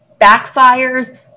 backfires